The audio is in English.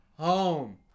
home